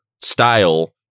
style